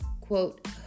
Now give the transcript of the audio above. quote